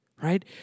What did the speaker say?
Right